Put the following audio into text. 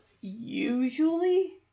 usually